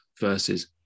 versus